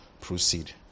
proceed